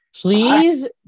Please